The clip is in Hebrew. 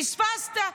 פספסת.